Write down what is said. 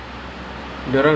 oh my god yes